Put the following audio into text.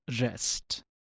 rest